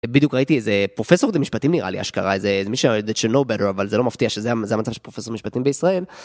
בדיוק ראיתי איזה, פרופסור למשפטים נראה לי אשכרה, איזה מישהו היה יודע ש-Nobel אבל זה לא מפתיע שזה המצב של פרופסור משפטים בישראל.